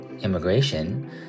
immigration